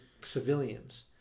civilians